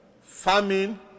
famine